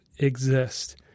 Exist